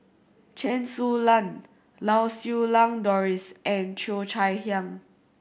Chen Su Lan Lau Siew Lang Doris and Cheo Chai Hiang